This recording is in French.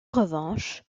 revanche